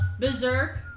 Berserk